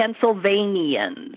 Pennsylvanians